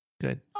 good